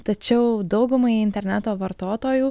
tačiau daugumai interneto vartotojų